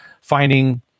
finding